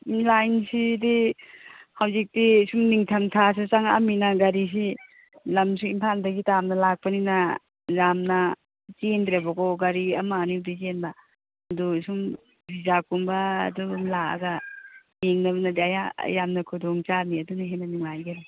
ꯂꯥꯏꯟꯁꯤꯗꯤ ꯍꯧꯖꯤꯛꯇꯤ ꯁꯨꯝ ꯅꯤꯡꯊꯝꯊꯥꯁꯨ ꯆꯪꯉꯛꯑꯃꯤꯅ ꯒꯥꯔꯤꯁꯤ ꯂꯝꯁꯨ ꯏꯝꯐꯥꯜꯗꯒꯤ ꯇꯥꯝꯅ ꯂꯥꯛꯄꯅꯤꯅ ꯌꯥꯝꯅ ꯆꯦꯟꯗ꯭ꯔꯦꯕꯀꯣ ꯒꯥꯔꯤ ꯑꯃ ꯑꯅꯤꯗꯒꯤ ꯍꯦꯟꯕ ꯑꯗꯨ ꯁꯨꯝ ꯔꯤꯖꯥꯕꯀꯨꯝꯕ ꯑꯗꯨꯝ ꯂꯥꯛꯑꯒ ꯌꯦꯡꯅꯕꯅꯗꯤ ꯌꯥꯝꯅ ꯈꯨꯗꯣꯡ ꯆꯥꯅꯤ ꯑꯗꯨꯅ ꯍꯦꯟꯅ ꯅꯨꯡꯉꯥꯏꯒꯅꯤ